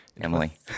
emily